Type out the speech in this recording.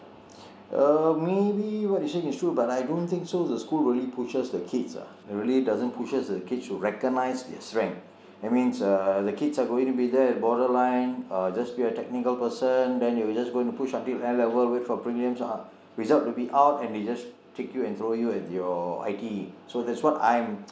uh maybe what you are saying is true but I don't think so the school really pushes the kids ah really doesn't pushes the kids should recognize their strength that means uh the kids have already been there borderline uh just be a technical person then they will just going to push until n level wait for prelims ah result to be out and they just take you and throw you at your I_T_E so that's what I am